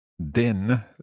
Den